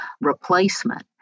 replacement